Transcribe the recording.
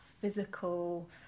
physical